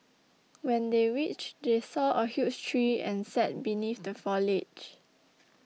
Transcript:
when they reached they saw a huge tree and sat beneath the foliage